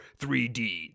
3D